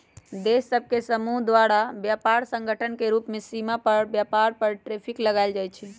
देश सभ के समूह द्वारा व्यापार संगठन के रूप में सीमा पार व्यापार पर टैरिफ लगायल जाइ छइ